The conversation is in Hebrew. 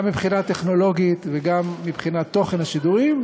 גם מבחינה טכנולוגית וגם מבחינת תוכן השידורים,